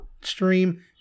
stream